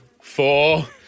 four